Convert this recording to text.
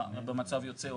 במצב יוצא,